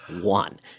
one